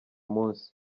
munsi